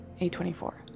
A24